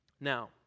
Now